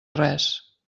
res